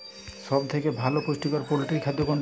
সব থেকে ভালো পুষ্টিকর পোল্ট্রী খাদ্য কোনটি?